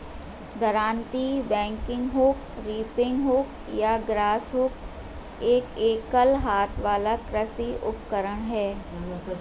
दरांती, bagging hook, reaping hook या grass hook एक एकल हाथ वाला कृषि उपकरण है